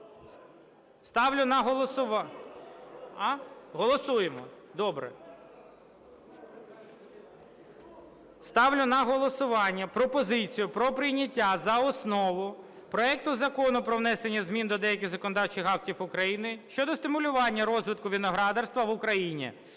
Ставлю на голосування пропозицію про прийняття за основу проекту Закону про внесення змін до деяких законодавчих актів України щодо стимулювання розвитку виноградарства в Україні